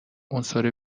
عنصر